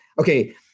okay